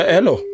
Hello